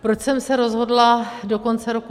Proč jsem se rozhodla do konce roku 2022?